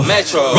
Metro